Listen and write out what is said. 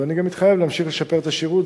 אז אני גם מתחייב להמשיך לשפר את השירות,